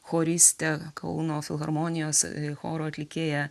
choriste kauno filharmonijos choro atlikėja